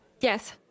Yes